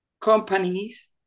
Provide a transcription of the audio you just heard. companies